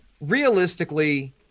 realistically